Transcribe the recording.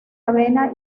avena